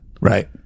Right